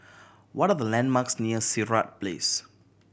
what are the landmarks near Sirat Place